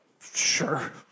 Sure